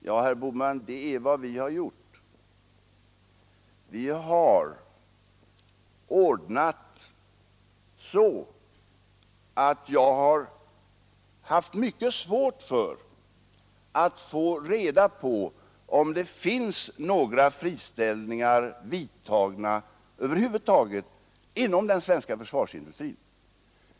Ja, herr Bohman, det är vad vi har gjort. Jag har haft mycket svårt att få reda på om det finns några friställningar vidtagna över huvud taget inom den svenska försvarsindustrin.